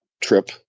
trip